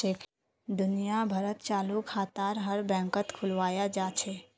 दुनिया भरत चालू खाताक हर बैंकत खुलवाया जा छे